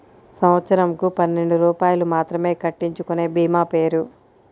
సంవత్సరంకు పన్నెండు రూపాయలు మాత్రమే కట్టించుకొనే భీమా పేరు?